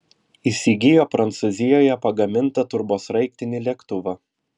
įsigijo prancūzijoje pagamintą turbosraigtinį lėktuvą